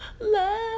love